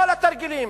כל התרגילים.